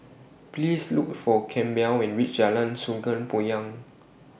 Please Look For Campbell when YOU REACH Jalan Sungei Poyan